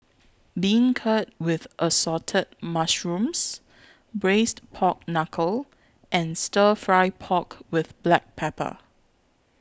Beancurd with Assorted Mushrooms Braised Pork Knuckle and Stir Fry Pork with Black Pepper